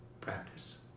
practice